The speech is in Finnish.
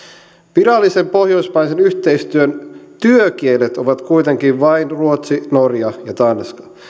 virallisen pohjoismaisen yhteistyön työkielet ovat kuitenkin vain ruotsi norja ja tanska